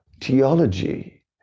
theology